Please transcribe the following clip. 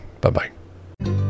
Bye-bye